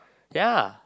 ya